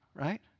Right